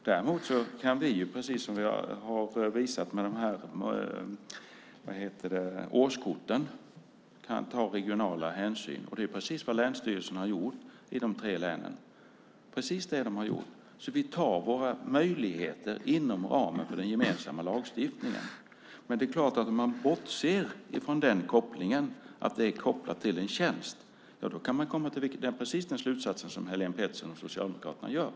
Däremot kan vi, precis som jag har visat med årskorten, ta regionala hänsyn. Det är precis vad länsstyrelsen har gjort i de tre länen, precis det. Vi tar vara på våra möjligheter inom ramen för den gemensamma lagstiftningen. Det är klart att om man bortser från att det är kopplat till en tjänst kan man komma till precis den slutsats som Helén Pettersson, Socialdemokraterna, gör.